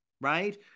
right